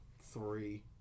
three